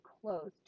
close